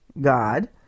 God